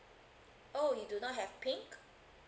oh you do not have pink